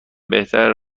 بهتره